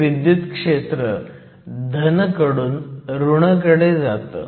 हे विद्युत क्षेत्र धन कडून ऋण कडे जातं